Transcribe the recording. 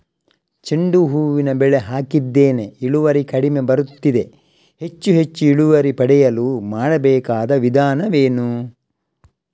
ಚೆಂಡು ಹೂವಿನ ಬೆಳೆ ಹಾಕಿದ್ದೇನೆ, ಇಳುವರಿ ಕಡಿಮೆ ಬರುತ್ತಿದೆ, ಹೆಚ್ಚು ಹೆಚ್ಚು ಇಳುವರಿ ಪಡೆಯಲು ಮಾಡಬೇಕಾದ ವಿಧಾನವೇನು?